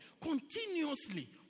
continuously